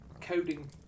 coding